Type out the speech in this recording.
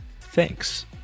Thanks